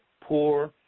poor